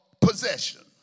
possession